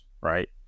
right